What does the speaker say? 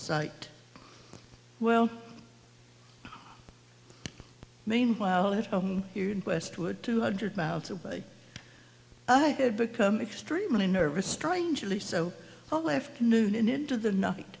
site well meanwhile at home here in westwood two hundred miles away i had become extremely nervous strangely so i left noon and into the nothing